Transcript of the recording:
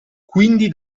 quindi